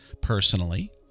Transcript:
personally